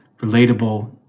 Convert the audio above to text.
relatable